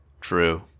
True